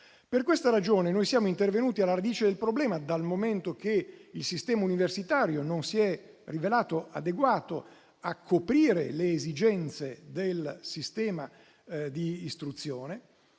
Per questa ragione noi siamo intervenuti alla radice del problema, dal momento che il sistema universitario non si è rivelato adeguato a coprire le esigenze del sistema di istruzione,